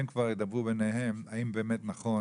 הן כבר ידברו ביניהן האם באמת נכון